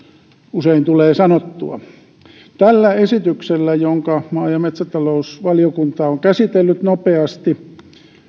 usein tulee sanottua tällä sinänsä erinomaisella esityksellä jonka maa ja metsätalousvaliokunta on käsitellyt nopeasti